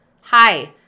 Hi